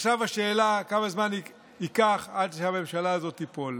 עכשיו השאלה, כמה זמן ייקח עד שהממשלה הזאת תיפול?